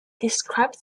described